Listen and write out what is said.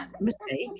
mistake